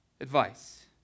advice